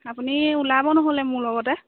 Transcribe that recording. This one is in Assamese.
আপুনি ওলাব নহ'লে মোৰ লগতে